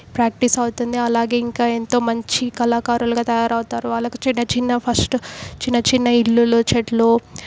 practice అవుతుంది అలాగే ఇంకా ఎంతో మంచి కళాకారులుగా తయారవుతారు వాళ్ళకి చిన్న చిన్న ఫస్ట్ చిన్న చిన్న ఇళ్ళు చెట్లు